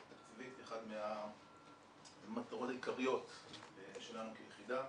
התקציבית כאחד מהמטרות העיקריות שלנו כיחידה,